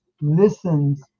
listens